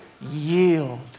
yield